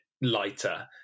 lighter